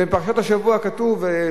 בפרשת השבוע כתוב,